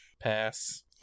pass